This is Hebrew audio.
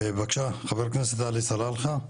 בבקשה חבר הכנסת עלי סלאלחה.